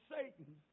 Satan